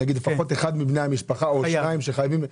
נגיד לפחות אחד מבני המשפחה או שניים שחייבים.